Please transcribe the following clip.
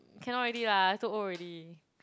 cannot already lah too old already